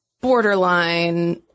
borderline